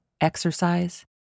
exercise